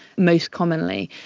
most commonly.